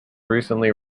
recently